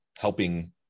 helping